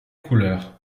couleur